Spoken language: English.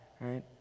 right